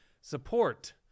support